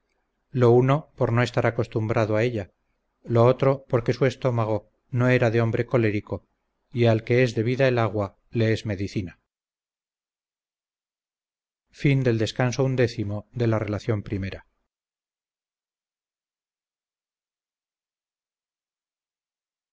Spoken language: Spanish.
lo uno por no estar acostumbrado a ella lo otro porque su estómago no era de hombre colérico y al que es debida el agua le es medicina